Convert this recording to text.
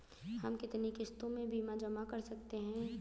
हम कितनी किश्तों में बीमा जमा कर सकते हैं?